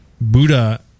Buddha